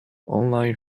online